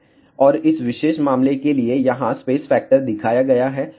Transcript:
और इस विशेष मामले के लिए यहां स्पेस फैक्टर दिखाया गया है